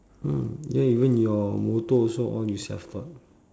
mm ya then your motor also all you self taught